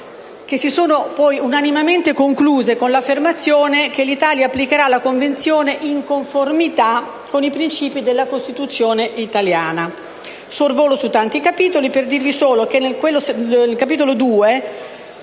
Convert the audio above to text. che si sono poi unanimemente concluse con l'affermazione che «l'Italia applicherà la Convenzione in conformità con i principi della Costituzione italiana». Sorvolo su tanti capitoli e mi soffermo solo sul capitolo,